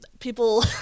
people